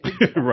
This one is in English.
Right